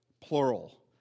plural